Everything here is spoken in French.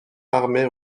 armée